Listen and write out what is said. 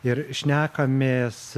ir šnekamės